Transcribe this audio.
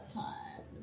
times